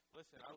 listen